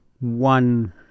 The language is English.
one